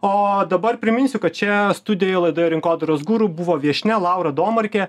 o dabar priminsiu kad čia studijoje laidoje rinkodaros guru buvo viešnia laura domarkė